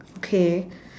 okay